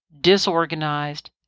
disorganized